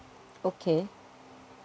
okay